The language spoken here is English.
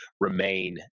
remain